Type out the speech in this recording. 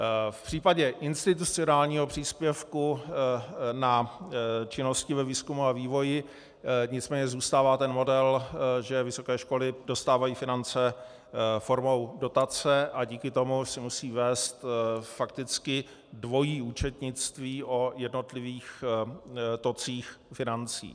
V případě institucionálního příspěvku na činnosti ve výzkumu a vývoji nicméně zůstává ten model, že vysoké školy dostávají finance formou dotace a díky tomu si musí vést fakticky dvojí účetnictví o jednotlivých tocích financí.